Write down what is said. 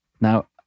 Now